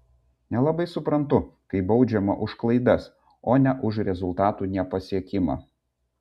nelabai suprantu kai baudžiama už klaidas o ne už rezultatų nepasiekimą